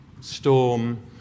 storm